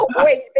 Wait